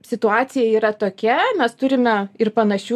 situacija yra tokia mes turime ir panašių